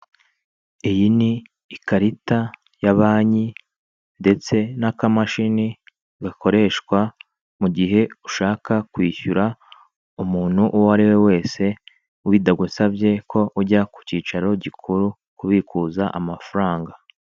Iyi ni ikarita ya banki ndetse n'akamashini gakoreshwa mu gihe ushaka kwishyura umuntu uwo ari we wese, bitagusabye ko ujya ku cyicaro gikuru kubikuza amafaranga.